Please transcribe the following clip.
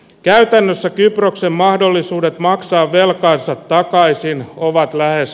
käytännössä kyproksen mahdollisuudet maksaa velkansa takaisin ovat lähes